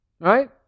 Right